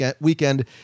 Weekend